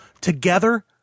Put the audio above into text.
Together